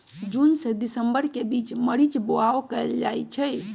जून से दिसंबर के बीच मरीच बाओ कएल जाइछइ